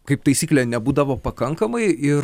kaip taisyklė nebūdavo pakankamai ir